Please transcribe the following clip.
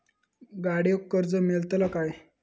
गाडयेक कर्ज मेलतला काय?